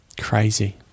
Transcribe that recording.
Crazy